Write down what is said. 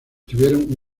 tuvieron